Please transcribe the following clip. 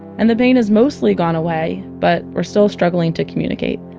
and the pain has mostly gone away. but we're still struggling to communicate.